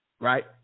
Right